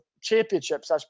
championships